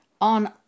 on